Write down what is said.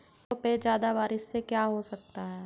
खेतों पे ज्यादा बारिश से क्या हो सकता है?